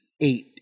eight